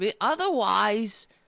Otherwise